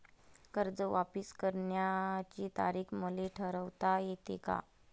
कर्ज वापिस करण्याची तारीख मले ठरवता येते का?